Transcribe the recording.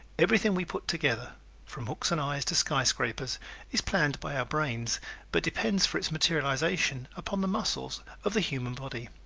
everything we put together from hooks and eyes to skyscrapers is planned by our brains but depends for its materialization upon the muscles of the human body.